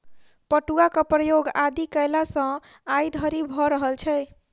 पटुआक प्रयोग आदि कालसँ आइ धरि भ रहल छै